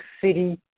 City